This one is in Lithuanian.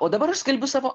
o dabar aš skelbiu savo